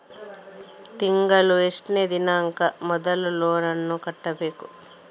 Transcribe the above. ತಿಂಗಳ ಎಷ್ಟನೇ ದಿನಾಂಕ ಮೊದಲು ಲೋನ್ ನನ್ನ ಕಟ್ಟಬೇಕು?